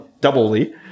doubly